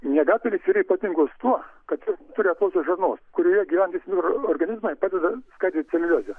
miegapelės yra ypatingos tuo kad neturi aklosios žarnos kurioje gyvenantys ir organizmai padeda skaidyt celiuliozę